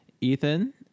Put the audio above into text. Ethan